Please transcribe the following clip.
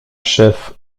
chef